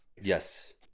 Yes